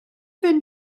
fynd